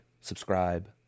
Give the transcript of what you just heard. subscribe